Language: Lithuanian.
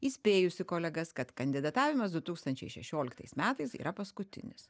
įspėjusi kolegas kad kandidatavimas du tūkstančiai šešioliktais metais yra paskutinis